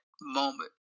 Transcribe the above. moment